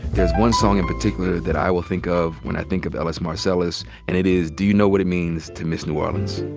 there's one song in particular that i will think of when i think of ellis marsalis. and it is do you know what it means to miss new orleans?